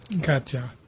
Gotcha